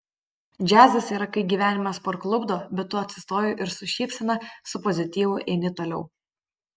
džiazas yra kai gyvenimas parklupdo bet tu atsistoji ir su šypsena su pozityvu eini toliau